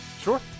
Sure